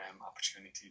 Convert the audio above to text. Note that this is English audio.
opportunity